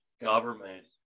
government